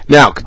Now